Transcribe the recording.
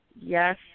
Yes